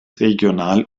regional